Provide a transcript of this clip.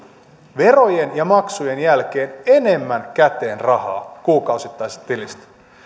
verojen ja maksujen jälkeen enemmän käteen rahaa kuukausittaisesta tilistä